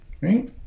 right